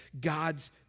God's